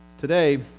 Today